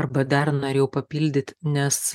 arba dar norėjau papildyt nes